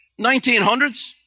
1900s